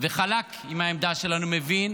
וחלק על העמדה שלנו מבין